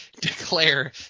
declare